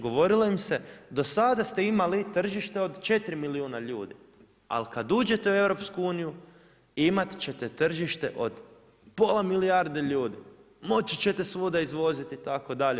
Govorilo im se do sada ste imali tržište od 4 milijuna ljudi ali kada uđete u EU imati ćete tržište od pola milijarde ljudi, moći ćete svuda izvoziti, itd.